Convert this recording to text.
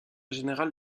général